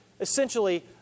essentially